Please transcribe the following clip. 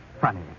Funny